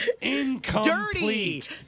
incomplete